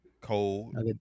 Cold